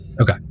Okay